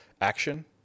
Action